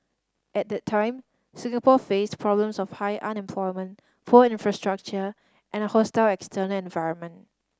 at that time Singapore faced problems of high unemployment poor infrastructure and a hostile external environment